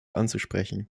anzusprechen